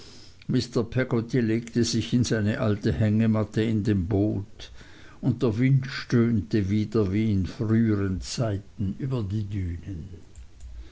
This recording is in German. peggotty legte sich in seine alte hängematte in dem boot und der wind stöhnte wieder wie in früheren zeiten über die dünen